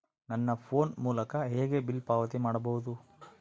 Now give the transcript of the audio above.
ನನ್ನ ಫೋನ್ ಮೂಲಕ ಹೇಗೆ ಬಿಲ್ ಪಾವತಿ ಮಾಡಬಹುದು?